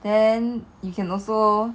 then you can also